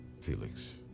Felix